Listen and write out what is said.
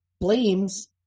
blames